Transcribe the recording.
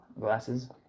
Glasses